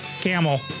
camel